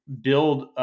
build